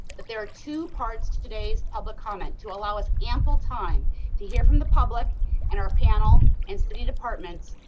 there are two parts to today's public comments, to allow us ample ample time to hear from the public and our panel, and city departments,